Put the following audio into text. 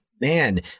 man